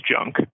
junk